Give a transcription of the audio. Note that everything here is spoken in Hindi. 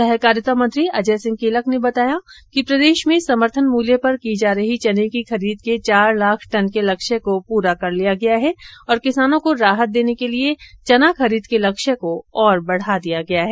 सहकारिता मंत्री अजय सिंह किलक ने बताया कि प्रदेश में समर्थन मुल्य पर की जा रही चने की खरीद के चार लाख टन के लक्ष्य को पूरा कर लिया गया है और किंसानों को राहत देने के लिये चना खरीद के लक्ष्य को बढ़ा दिया गया है